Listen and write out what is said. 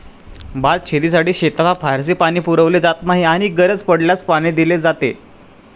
भातशेतीसाठी शेताला फारसे पाणी पुरवले जात नाही आणि गरज पडल्यास पाणी दिले जाते